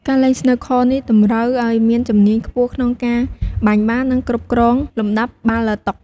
ការលេងស្នូកឃ័រនេះតម្រូវឲ្យមានជំនាញខ្ពស់ក្នុងការបាញ់បាល់ និងគ្រប់គ្រងលំដាប់បាល់លើតុ។